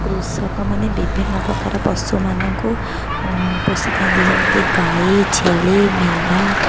କୃଷକମାନେ ବିଭିନ୍ନ ପ୍ରକାର ପଶୁମାନଙ୍କୁ ପୋଷିଥାନ୍ତି ଯେମିତି ଗାଈ ଛେଳି ମେଣ୍ଢା